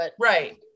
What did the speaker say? right